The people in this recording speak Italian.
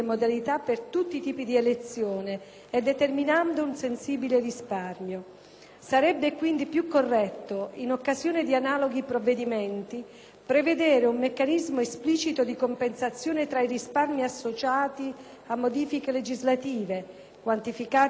Sarebbe quindi più corretto, in occasione di analoghi provvedimenti, prevedere un meccanismo esplicito di compensazione tra i risparmi associati a modifiche legislative (quantificati nel dettaglio con la relazione tecnica) ed i nuovi oneri introdotti con il provvedimento.